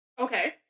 okay